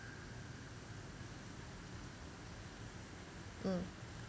mm